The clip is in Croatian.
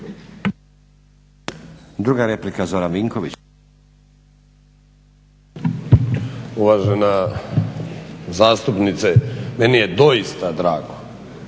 Uvažena zastupnice meni je doista drago,